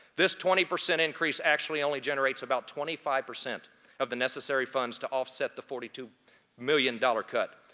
this twenty percent increase actually only generates about twenty five percent of the necessary funds to offset the forty two million dollars cut.